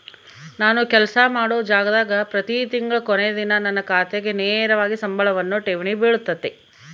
ನಾನು ಕೆಲಸ ಮಾಡೊ ಜಾಗದಾಗ ಪ್ರತಿ ತಿಂಗಳ ಕೊನೆ ದಿನ ನನ್ನ ಖಾತೆಗೆ ನೇರವಾಗಿ ಸಂಬಳವನ್ನು ಠೇವಣಿ ಬಿಳುತತೆ